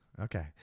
okay